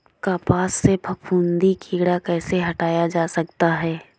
कपास से फफूंदी कीड़ा कैसे हटाया जा सकता है?